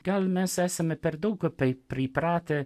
gal mes esame per daug taip pripratę